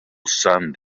sand